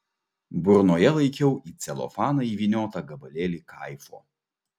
burnoje laikiau į celofaną įvyniotą gabalėlį kaifo